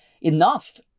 enough